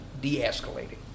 de-escalating